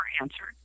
answered